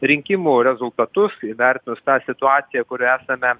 rinkimų rezultatus įvertinus tą situaciją kurioj esame